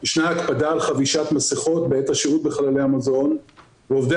יש הקפדה על חבישת מסכות בעת השהות בחללי המוזיאון ועובדי